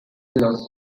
lost